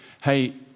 Hey